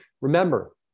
remember